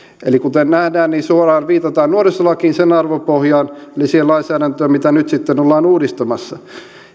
eli kuten nähdään niin suoraan viitataan nuorisolakiin sen arvopohjaan eli siihen lainsäädäntöön mitä nyt sitten ollaan uudistamassa